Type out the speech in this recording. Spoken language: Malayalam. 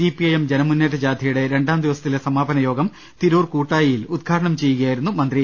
സിപിഐ എം ജനമുന്നേറ്റ ജാഥയുടെ രണ്ടാംദിവസത്തിലെ സമാപ്പന യോഗം തിരൂർ കൂട്ടായിയിൽ ഉദ്ഘാടനം ചെയ്യുകയായിരുന്നു അദ്ദേഹം